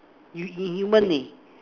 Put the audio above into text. you you you money